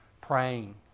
praying